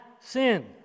sin